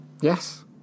yes